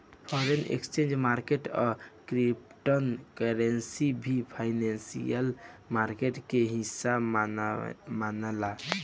foreign exchange market आ crypto currency भी financial market के हिस्सा मनाला